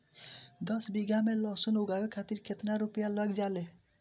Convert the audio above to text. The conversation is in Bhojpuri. दस बीघा में लहसुन उगावे खातिर केतना रुपया लग जाले?